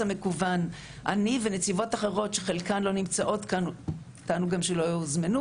אני ונציבות אחרות שחלקן לא נמצאות כאן או לא הוזמנו